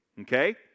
Okay